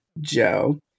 joe